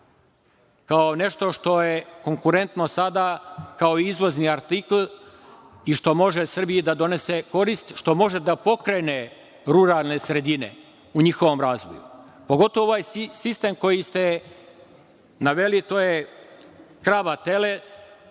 kao nešto što je konkurentno sada kao izvozni artikl i što može Srbiji da donese korist, što može da pokrene ruralne sredine u njihovom razvoju. Pogotovo ovaj sistem koji ste naveli, a to je krava – tele,